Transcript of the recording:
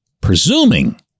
presuming